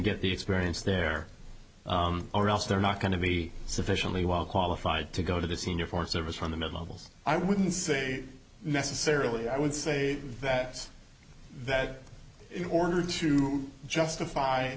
get the experience there or else they're not going to be sufficiently well qualified to go to the senior foreign service on the mid levels i wouldn't say necessarily i would say that that in order to justify